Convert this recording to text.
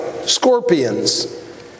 scorpions